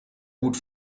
gut